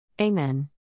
Amen